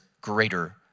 greater